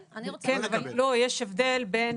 לא לקבל.